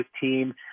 team